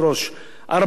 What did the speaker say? על 46%,